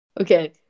Okay